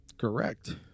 Correct